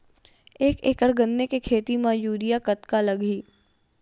एक एकड़ गन्ने के खेती म यूरिया कतका लगही?